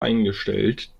eingestellt